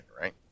right